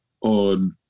on